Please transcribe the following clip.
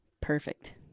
Perfect